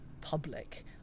public